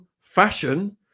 fashion